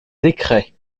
décret